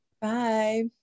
bye